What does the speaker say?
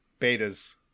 betas